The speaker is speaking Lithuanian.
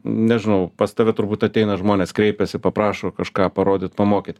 nežinau pas tave turbūt ateina žmonės kreipiasi paprašo kažką parodyt pamokyt